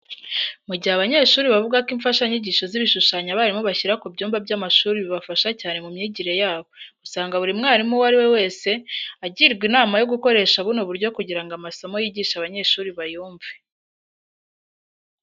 Mu gihe abanyeshuri bavuga ko imfashanyigisho z'ibishushanyo abarimu bashyira ku byumba by'amashuri bibafasha cyane mu mwigire yabo, usanga buri mwarimu uwo ari we wese agirwa inama yo gukoresha buno buryo kugira ngo amasomo yigisha abanyeshuri bayumve.